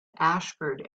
ashford